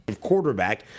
quarterback